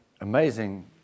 amazing